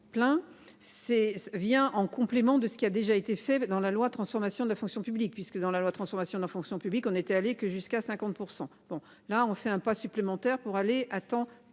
vient en complément de ce qui a déjà été fait dans la loi, transformation de la fonction publique, puisque dans la loi de transformation de la fonction publique, on était allé que jusqu'à 50%. Bon là on fait un pas supplémentaire pour aller à temps